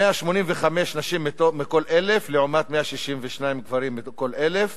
185 נשים מכל 1,000 לעומת 162 גברים מכל 1,000,